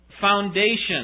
foundation